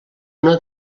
una